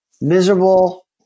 miserable